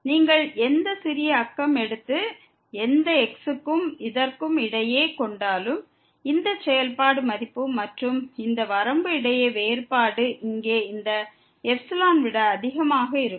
நீங்கள் எந்த சிறிய நெய்பர்ஹுட் எடுத்து எந்த x க்கும் இதற்கும் இடையே கொண்டாலும் இந்த செயல்பாடு மதிப்பு மற்றும் இந்த வரம்பு இடையேயுள்ள வேறுபாடு இங்கே இந்த ε விட அதிகமாக இருக்கும்